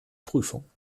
prüfung